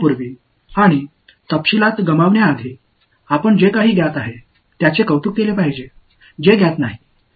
எனவே நாம் எதையாவது தீர்ப்பதற்குள் மற்றும் விவரங்களை இழந்துவிடுவதற்கு முன்பு அறியப்பட்டதை அறியப்படாததை நாம் பாராட்ட வேண்டும்